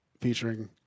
featuring